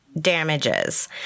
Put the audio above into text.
damages